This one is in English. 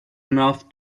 enough